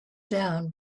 down